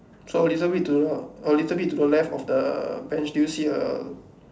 so little bit to the a little bit to the left of the bench do you see a